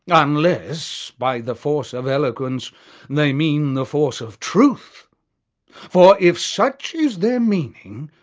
um unless by the force of eloquence they mean the force of truth for if such is their meaning,